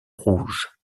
rouge